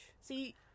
See